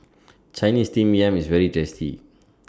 Chinese Steamed Yam IS very tasty